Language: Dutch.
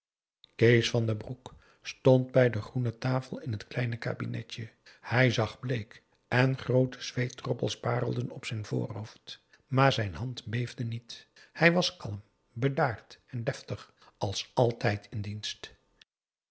kees van den broek stond bij de groene tafel in het kleine kabinetje hij zag bleek en groote zweetdroppels parelden op zijn voorhoofd maar zijn hand beefde niet hij was kalm bedaard en deftig als altijd in dienst